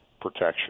protection